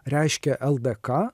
reiškė ldk